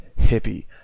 hippie